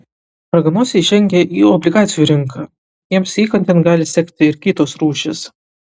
raganosiai žengia į obligacijų rinką jiems įkandin gali sekti ir kitos rūšys